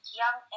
young